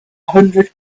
hundred